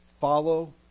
follow